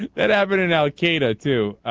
that avid and allocated to